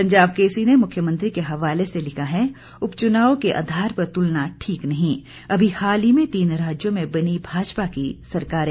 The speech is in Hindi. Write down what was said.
पंजाब केसरी ने मुख्यमंत्री के हवाले से लिखा है उपचुनाव के आधार पर तुलना ठीक नहीं अभी हाल ही में तीन राज्यों में बनीं भाजपा की सरकारें